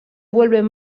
vuelven